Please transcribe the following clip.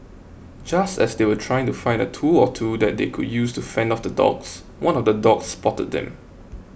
just as they were trying to find a tool or two that they could use to fend off the dogs one of the dogs spotted them